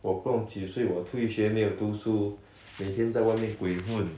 我不懂几岁我退学没有读书每天在外面鬼混